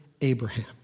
Abraham